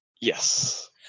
Yes